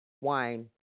wine